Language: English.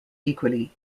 equally